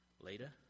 Later